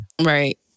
Right